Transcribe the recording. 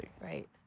right